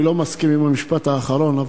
אני לא מסכים עם המשפט האחרון,